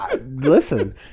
Listen